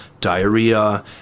diarrhea